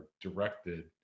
directed